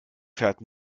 fährt